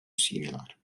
similar